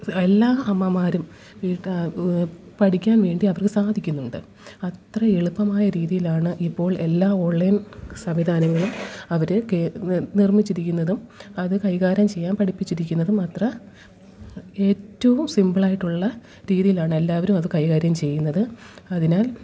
എല്ലാ അമ്മമാരും വീട്ടിൽ പഠിക്കാൻ വേണ്ടി അവർക്കു സാധിക്കുന്നുണ്ട് അത്രയും എളുപ്പമായ രീതിയിലാണ് ഇപ്പോൾ എല്ലാ ഓൺലൈൻ സംവിധാനങ്ങളും അവർ നിർമ്മിച്ചിരിക്കുന്നതും അത് കൈകാര്യം ചെയ്യാൻ പഠിപ്പിച്ചിരിക്കുന്നതും അത്ര ഏറ്റവും സിമ്പിളായിട്ടുള്ള രീതിയിലാണ് എല്ലാവരും കൈകാര്യം ചെയ്യുന്നത് അതിനാൽ